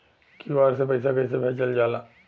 QR से पैसा कैसे भेजल जाला?